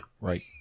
Right